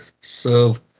serve